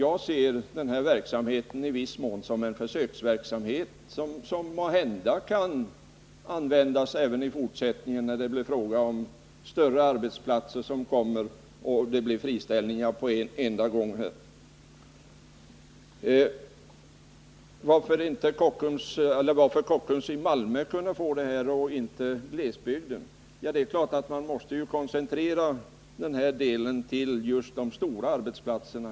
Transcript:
Jag ser den i viss mån som en försöksverksamhet, som måhända kan bedrivas även i fortsättningen när det på större arbetsplatser blir många friställningar på en enda gång. Varför kunde anställningsgaranti ges vid Kockums i Malmö och inte i glesbygden? Man måste ju koncentrera denna garanti till just de stora arbetsplatserna.